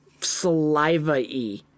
saliva-y